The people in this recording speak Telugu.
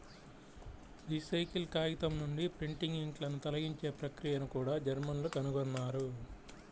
రీసైకిల్ కాగితం నుండి ప్రింటింగ్ ఇంక్లను తొలగించే ప్రక్రియను కూడా జర్మన్లు కనుగొన్నారు